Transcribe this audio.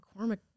mccormick